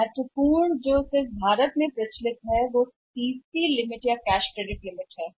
एक बात यह है कि एक महत्वपूर्ण विधा है भारत में केवल प्रचलित है जो CC Limited cash credit limit है